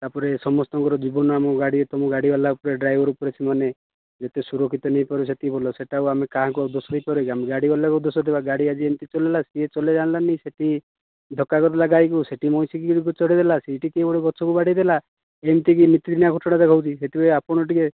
ତାପରେ ସମସ୍ତ ଙ୍କ ଜୀବନ ଆମ ଗାଡ଼ି ତମ ଗାଡ଼ି ବାଲା ଉପରେ ଡ୍ରାଇଭର ଉପରେ ସେମାନେ ଯେତେ ସୁରକ୍ଷିତ ରେ ନେଇପାରିବେ ସେତିକି ଭଲ ସେଇଟା ଆମେ କାହାକୁ ଦୋଷ ଦେଇ ପାରିବାକି ଗାଡ଼ି ବାଲାକୁ ଦୋଷ ଦେବା ଗାଡ଼ି ଆଜି ଏମିତି ଚଳେଇଲା ସେ ଚଳେଇ ଜାଣିଲାନି ସେଠି ଧକା କରିଦେଲା ଗାଈକୁ ସେଠି ମଇଁଷି ଉପରେ ଚଲେଇଦେଲା ସେଠି କିଏ ଗୋଟେ ଗଛ କୁ ବାଡ଼େଇ ଦେଲା ଏମିତି କି ନିତିଦିନିଆ ଘଟଣା ରହୁଛି ସେଥିପାଇଁ ଆପଣ ଟିକେ